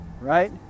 right